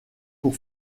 pour